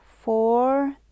four